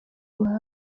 wawe